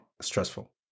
stressful